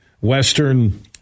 Western